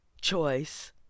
choice